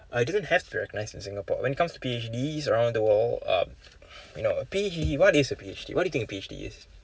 uh it doesn't have to be recognised in Singapore when it comes to P_H_D around the world um you know what P_H_D what is a P_H_D what do you think a P_H_D is